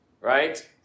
right